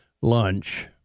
lunch